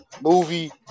movie